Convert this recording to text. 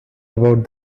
about